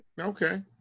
Okay